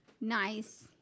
nice